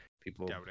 people